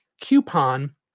coupon